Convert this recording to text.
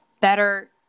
better